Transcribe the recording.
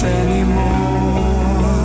anymore